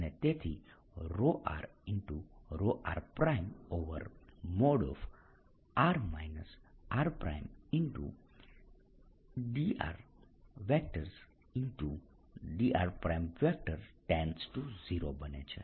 અને તેથી r ρr|r r| dr dr0 બને છે